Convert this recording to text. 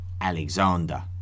Alexander